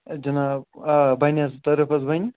جِناب آ بَنہِ حظ ٹٔرٕف حظ بَنہِ